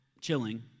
chilling